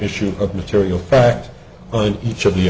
issue of material fact in each of the